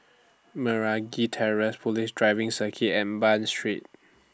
Meragi Terrace Police Driving Circuit and Bain Street